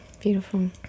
Beautiful